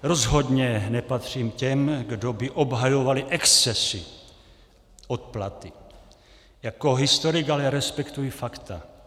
Rozhodně nepatřím k těm, kdo by obhajovali excesy odplaty, jako historik ale respektuji fakta.